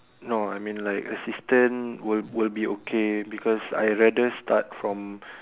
no I mean like assistant would would be okay because I'll rather start from